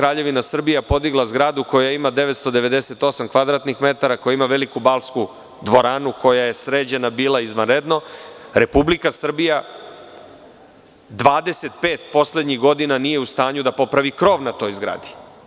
Kraljevina Srbija je podigla zgradu koja ima 998 kvadratnih metara, koja ima veliku balsku dvoranu koja je sređena bila izvanredno, Republika Srbija 25 poslednjih godina nije u stanju da popravi krov na toj zgradi.